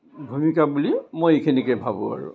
ভূমিকা বুলি মই এইখিনিকে ভাবোঁ আৰু